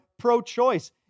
pro-choice